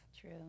True